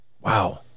Wow